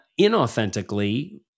inauthentically